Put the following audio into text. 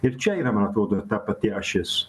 ir čia yra man atrodo ta pati ašis